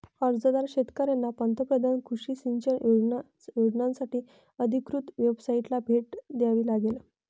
अर्जदार शेतकऱ्यांना पंतप्रधान कृषी सिंचन योजनासाठी अधिकृत वेबसाइटला भेट द्यावी लागेल